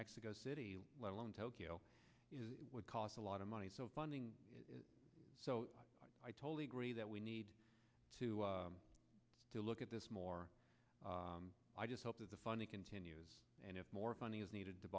mexico city let alone tokyo would cost a lot of money so funding is so i totally agree that we need to to look at this more i just hope that the funding continues and if more funding is needed to